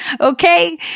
Okay